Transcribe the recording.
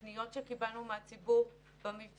פניות שקיבלנו מהציבור במבצע,